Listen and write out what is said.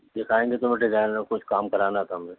دکھائیں گے تو ڈیزائن کا کچھ کام کرانا تھا مجھے